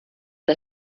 der